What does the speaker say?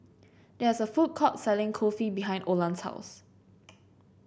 there is a food court selling Kulfi behind Olan's house